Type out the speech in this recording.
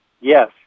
Yes